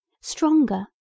stronger